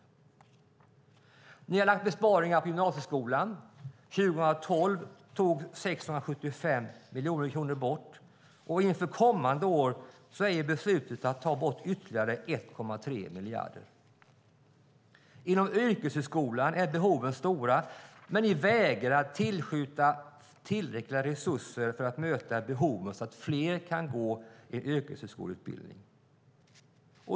Regeringen har gjort besparingar på gymnasieskolan. 2012 togs 675 miljoner kronor bort, och inför kommande år är beslutet att det ska tas bort ytterligare 1,3 miljarder. Inom yrkeshögskolan är behoven stora, men regeringen vägrar tillskjuta resurser för att möta behovet, så att fler kan gå en yrkeshögskoleutbildning.